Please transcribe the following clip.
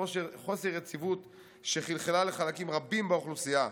חוסר יציבות שחלחלה לחלקים רבים באוכלוסייה.